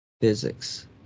physics